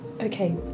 Okay